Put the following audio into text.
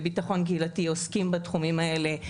ברשות לביטחון קהילתי אנחנו עוסקים בתחומים האלה,